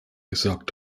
gesagt